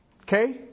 okay